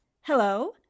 Hello